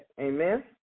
Amen